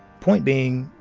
point being,